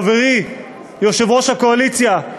חברי יושב-ראש הקואליציה,